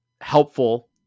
helpful